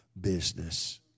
business